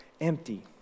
empty